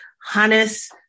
harness